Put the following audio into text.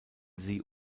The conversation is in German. sie